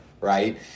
right